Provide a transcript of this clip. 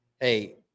hey